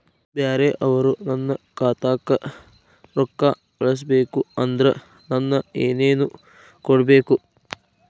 ಬ್ಯಾರೆ ಅವರು ನನ್ನ ಖಾತಾಕ್ಕ ರೊಕ್ಕಾ ಕಳಿಸಬೇಕು ಅಂದ್ರ ನನ್ನ ಏನೇನು ಕೊಡಬೇಕು?